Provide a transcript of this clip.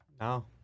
no